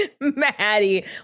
Maddie